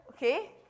Okay